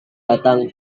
datang